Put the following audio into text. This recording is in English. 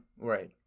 Right